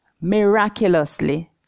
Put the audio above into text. miraculously